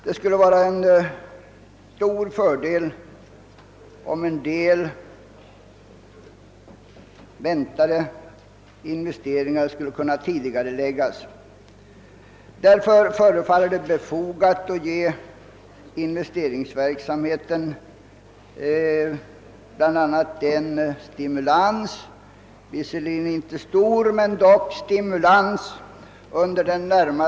Det skulle vara en stor fördel om en del väntade investeringar kunde tidigareläggas. Därför förefaller det befogat att ge investeringsverksamheten den stimulans under den närmaste tiden som finansministern aviserar.